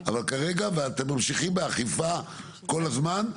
אבל כרגע אתם ממשיכים באכיפה כל הזמן,